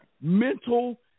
mental